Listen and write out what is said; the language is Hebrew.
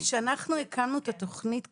כשאנחנו הקמנו את התוכנית קרן,